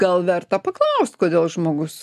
gal verta paklaust kodėl žmogus